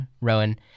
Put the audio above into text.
Rowan